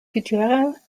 culturelles